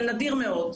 זה נדיר מאוד.